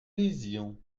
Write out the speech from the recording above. lisions